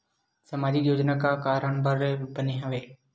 सामाजिक योजना का कारण बर बने हवे?